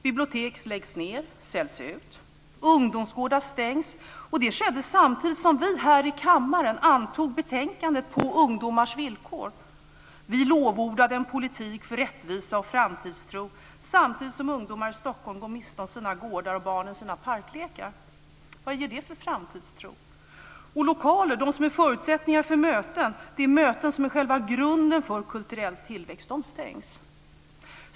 Bibliotek läggs ned och säljs ut. Ungdomsgårdar stängs, och det skedde samtidigt som vi här i kammaren antog betänkandet På ungdomars villkor. Vi lovordade en politik för rättvisa och framtidstro samtidigt som ungdomar i Stockholm går miste om sina gårdar och barnen sina parklekar. Vad ger det för framtidstro? De lokaler som är förutsättningar för möten, de möten som är själva grunden för kulturell tillväxt, stängs.